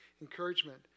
encouragement